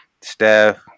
staff